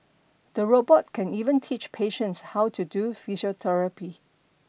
the robot can even teach patients how to do physiotherapy